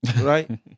Right